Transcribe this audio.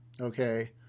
Okay